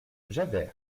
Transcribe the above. javert